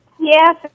Yes